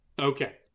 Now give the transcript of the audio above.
Okay